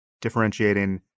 differentiating